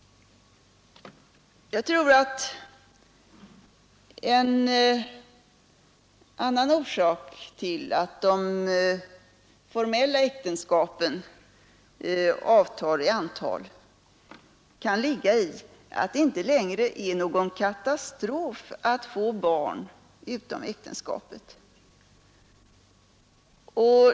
En annan orsak till att de formella äktenskapen avtar i antal kan vara att det inte längre är någon katastrof att få barn utom äktenskapet.